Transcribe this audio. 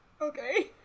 Okay